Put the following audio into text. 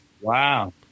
Wow